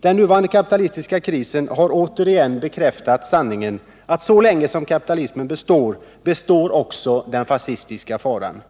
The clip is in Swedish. Den nuvarande kapitalistiska krisen har återigen bekräftat sanningen att så länge som kapitalismen består, består också den fascistiska faran.